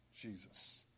Jesus